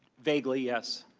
vaguely yes.